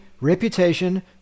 reputation